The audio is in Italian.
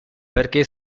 perché